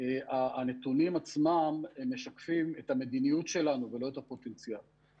הנתונים עצמם משקפים את המדיניות שלנו ולא את הפוטנציאל.